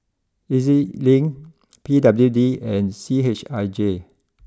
E Z Link P W D and C H I J